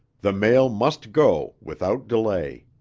the mail must go without delay.